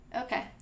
Okay